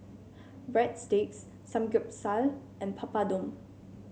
Breadsticks Samgeyopsal and Papadum